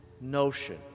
notion